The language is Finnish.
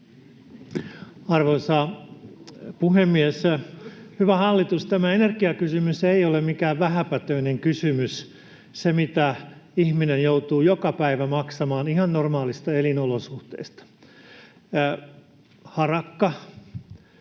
Arvoisa puhemies! Hyvä hallitus, tämä energiakysymys ei ole mikään vähäpätöinen kysymys, se, mitä ihminen joutuu joka päivä maksamaan ihan normaaleista elinolosuhteista. Harakka,